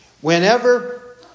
Whenever